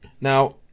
Now